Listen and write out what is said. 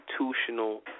institutional